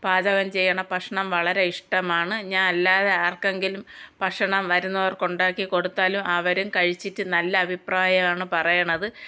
പാചകം ചെയ്യുന്ന ഭക്ഷണം വളരെ ഇഷ്ടമാണ് ഞാൻ അല്ലാതെ ആർക്കെങ്കിലും ഭക്ഷണം വരുന്നവർക്ക് ഉണ്ടാക്കികൊടുത്താലും അവരും കഴിച്ചിട്ട് നല്ല അഭിപ്രായമാണ് പറയുന്നത്